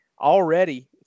already